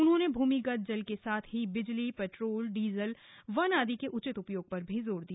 उन्होंने भूमिगत जल के साथ ही बिजली पेट्रोल डीजल वन आदि के उचित उपयोग पर जोर दिया